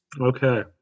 Okay